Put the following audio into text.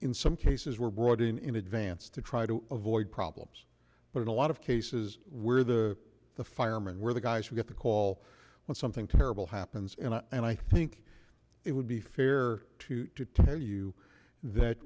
in some cases were brought in in advance to try to avoid problems but in a lot of cases where the the firemen were the guys who got the call when something terrible happens and i think it would be fair to tell you that